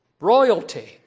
royalty